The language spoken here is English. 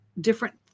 different